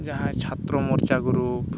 ᱡᱟᱦᱟᱭ ᱪᱷᱟᱛᱛᱨᱚ ᱢᱚᱨᱪᱟ ᱜᱨᱩᱯ